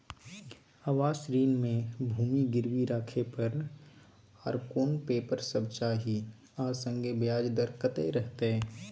आवास ऋण म भूमि गिरवी राखै पर आर कोन पेपर सब चाही आ संगे ब्याज दर कत्ते रहते?